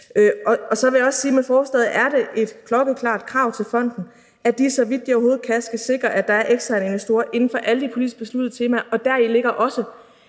Så vil jeg også sige, at det med forslaget er et klokkeklart krav til fonden, at de, så vidt de overhovedet kan, skal sikre, at der er eksterne investorer inden for alle de politisk besluttede temaer, og deri ligger også,